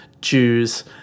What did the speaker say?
Jews